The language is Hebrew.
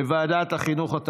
לוועדת החינוך,